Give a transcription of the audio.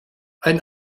ein